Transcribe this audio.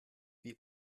wie